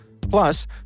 Plus